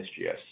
SGS